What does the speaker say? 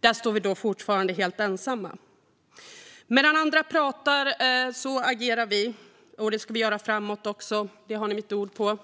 Där står vi fortfarande helt ensamma. Medan andra pratar agerar vi. Det ska vi göra framåt också. Det har ni mitt ord på.